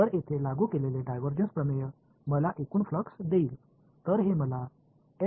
तर येथे लागू केलेले डायव्हर्जन्स प्रमेय मला एकूण फ्लक्स देईल